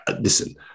Listen